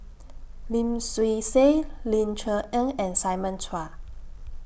Lim Swee Say Ling Cher Eng and Simon Chua